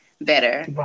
better